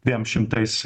dviem šimtais